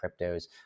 cryptos